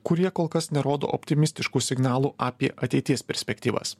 kurie kol kas nerodo optimistiškų signalų apie ateities perspektyvas